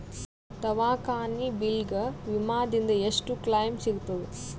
ದವಾಖಾನಿ ಬಿಲ್ ಗ ವಿಮಾ ದಿಂದ ಎಷ್ಟು ಕ್ಲೈಮ್ ಸಿಗತದ?